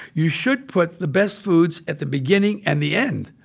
you should put the best foods at the beginning and the end,